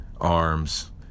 arms